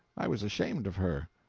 i was ashamed of her,